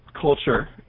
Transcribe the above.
culture